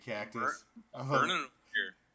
Cactus